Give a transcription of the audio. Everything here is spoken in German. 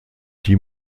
die